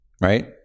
Right